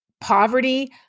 poverty